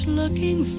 looking